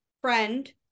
friend